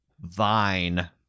Vine